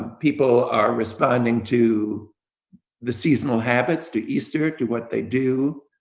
people are responding to the seasonal habits, to easter, to what they do,